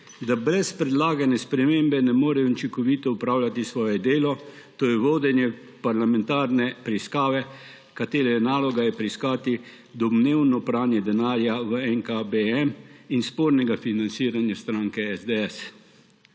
da brez predlagane spremembe ne more učinkovito opravljati svojega dela, to je vodenje parlamentarne preiskave, katere naloga je preiskati domnevno pranje denarja v NKBM in spornega financiranja stranke SDS.